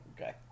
Okay